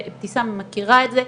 ואיבתסאם מכירה את זה.